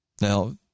Now